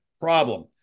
problem